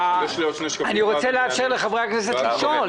אני רוצה לאפשר לחברי הכנסת לשאול.